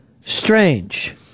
strange